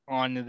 on